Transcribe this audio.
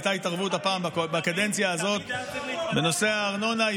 הייתה התערבות בקדנציה הזאת בנושא הארנונה.